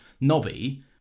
Nobby